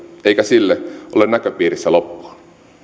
eikä sille ole näköpiirissä loppua